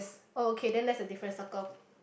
oh okay then that's a difference circle